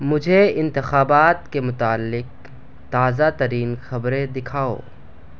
مجھے انتخابات کے متعلق تازہ ترین خبریں دکھاؤ